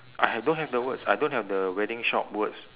I ha~ don't have the words I don't have the wedding shop words